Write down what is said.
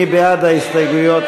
מי בעד ההסתייגויות?